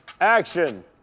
Action